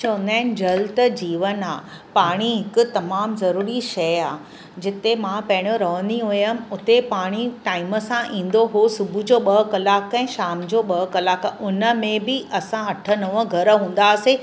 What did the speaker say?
चोंदा इन जल त जीवन आ पाणी हिकु तमामु ज़रुरी शै आ जिते मां पैणियो रउंदी हुयमि उते पाणी टाइम सां ईंदो हो सुबुह जो ॿ कलाकु ऐं शाम जो ॿ कलाकु उनमें बि असां अठ नव घर हूंदा से